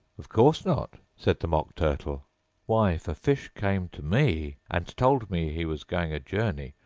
of course not said the mock turtle why, if a fish came to me, and told me he was going a journey,